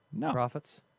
profits